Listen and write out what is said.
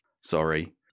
Sorry